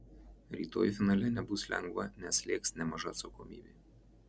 rytoj finale nebus lengva nes slėgs nemaža atsakomybė